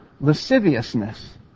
lasciviousness